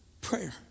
prayer